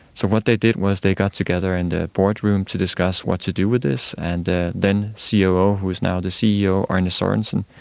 so what they did was they got together in their boardroom to discuss what to do with this, and the then ceo who is now the ceo, arne sorenson,